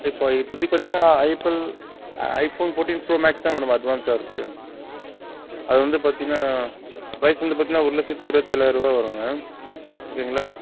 இப்போது இப்போதைக்கி பார்த்திங்கனா ஐஃபோன் ஃபோட்டின் ப்ரோ மேக்ஸ்தான் மேடம் அட்வான்ஸாக இருக்கு அது வந்து பார்த்திங்கனா ப்ரைஸ் வந்து பார்த்திங்கனா ஒரு லட்சத்தி இருபத்தி ஏழாயரரூவா வருங்க ஓகேங்களா